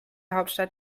hauptstadt